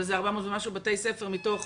אבל זה 400 ומשהו בתי ספר מתוך